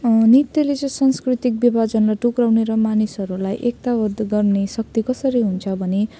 नृत्यले चाहिँ सांस्कृतिक विभाजनलाई टुक्र्याउने र मानिसहरूलाई एकताबद्ध गर्ने शक्ति कसरी हुन्छ भने